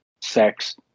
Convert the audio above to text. sex